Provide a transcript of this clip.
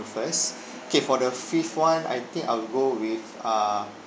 first K for the fifth one I think I'll go with a